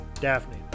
Daphne